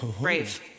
Brave